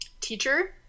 teacher